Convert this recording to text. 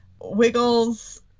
wiggles